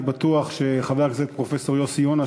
אני בטוח שחבר הכנסת פרופסור יוסי יונה,